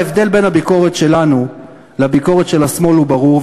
ההבדל בין הביקורת שלנו לביקורת של השמאל הוא ברור,